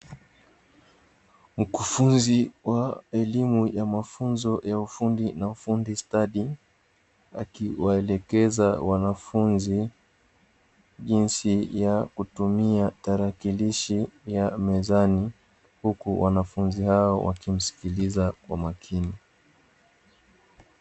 Mkufunzi wa elimu ya mafunzo ya ufundi na ufundi stadi, akiwaelekeza wanafunzi jinsi ya kutumia tarakilishi ya mezani, huku wanafunzi hao wakimsikiliza kwa makini.